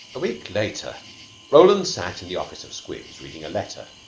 a week later roland sat in the office of squibs, reading a letter.